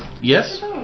Yes